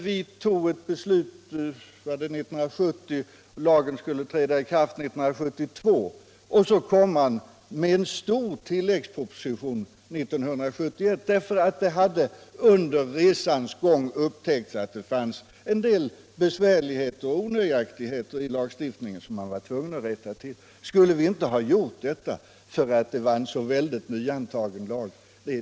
Vi tog ett beslut 1970, tror jag, och lagen skulle träda i kraft 1972, men så kom en stor tilläggsproposition 1971 därför att det under resans gång upptäcktes en del besvärligheter och onöjaktigheter i lagstiftningen som man var tvungen att rätta till. Skulle vi inte gjort detta bara därför att lagen var så nyantagen?